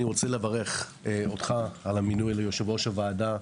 רוצה לברך אותך על המינוי ליושב-ראש הוועדה,